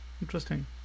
interesting